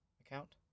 account